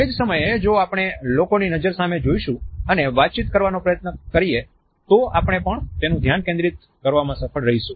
તે જ સમયે જો આપણે લોકોની નજર સામે જોઈશું અને વાતચીત કરવાનો પ્રયત્ન કરીએ તો આપણે પણ તેનું ધ્યાન કેન્દ્રિત કરવામાં સફળ રહીશું